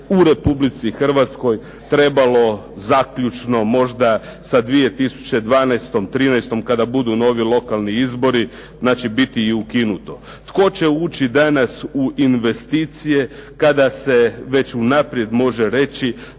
u Republici Hrvatskoj trebalo zaključno možda sa 2012., 13. kada budu novi lokalni izbori, znači biti i ukinuto. Tko će ući danas u investicije kada se već unaprijed može reći